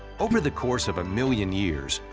over the course of a million years,